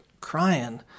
crying